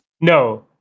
no